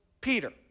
Peter